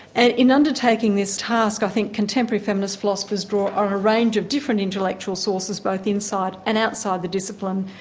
and in undertaking this task i think contemporary feminist philosophers draw on a range of different intellectual sources, both inside and outside the discipline,